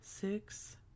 six